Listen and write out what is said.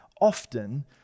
often